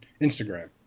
Instagram